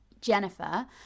jennifer